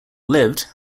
lived